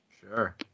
Sure